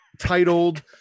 titled